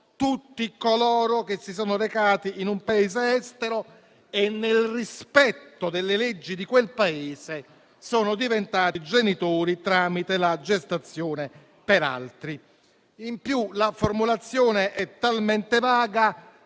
tutti coloro che si sono recati in un Paese estero e, nel rispetto delle leggi di quel Paese, sono diventati genitori tramite la gestazione per altri. In più, la formulazione è talmente vaga